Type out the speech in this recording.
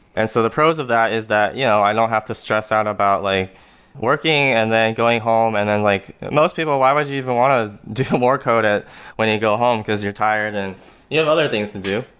and so the pros of that is that you know i don't have to stress out about like working and then going home and then like most people why would you even want to do more code ah when you go home, because you're tired and you have other things to do,